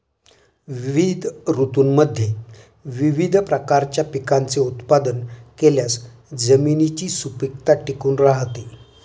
विविध ऋतूंमध्ये विविध प्रकारच्या पिकांचे उत्पादन केल्यास जमिनीची सुपीकता टिकून राहते